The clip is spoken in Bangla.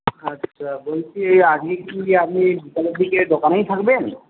আচ্ছা বলছি আজকে কি আপনি বিকেলের দিকে দোকানেই থাকবেন